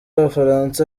abafaransa